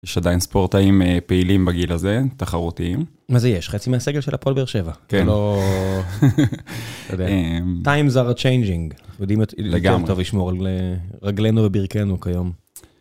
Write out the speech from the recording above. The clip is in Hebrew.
יש עדיין ספורטאים פעילים בגיל הזה, תחרותיים. מה זה יש? חצי מהסגל של הפועל באר שבע. כן. זה לא... אתה יודע... Times are a changing. לגמרי. אנחנו יודעים יותר טוב לשמור על רגלינו וברכינו כיום.